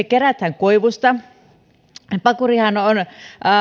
kerätään koivusta pakurihan on